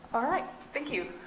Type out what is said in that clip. all right, thank you.